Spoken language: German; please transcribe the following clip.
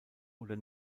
oder